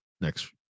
next